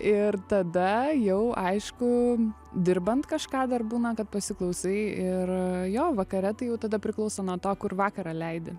ir tada jau aišku dirbant kažką dar būna kad pasiklausai ir jo vakare tai jau tada priklauso nuo to kur vakarą leidi